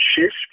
shift